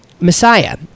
Messiah